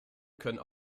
können